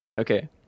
Okay